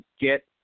get